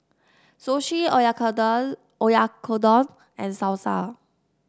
Sushi Oyakodon Oyakodon and Salsa